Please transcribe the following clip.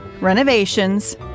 renovations